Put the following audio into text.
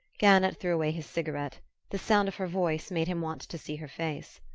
gannett threw away his cigarette the sound of her voice made him want to see her face.